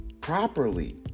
properly